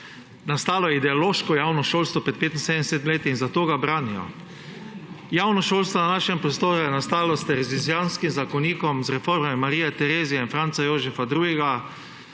nastalo ideološko javno šolstvo in zato ga branijo. Javno šolstvo na našem prostoru je nastalo s terezijanskim zakonikom, z reformami Marije Terezije in Franca Jožefa II.,